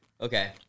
Okay